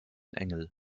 engel